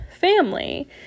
family